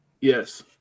Yes